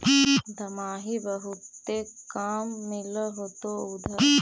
दमाहि बहुते काम मिल होतो इधर?